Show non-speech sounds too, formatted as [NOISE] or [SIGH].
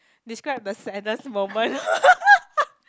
describe the saddest moment [LAUGHS]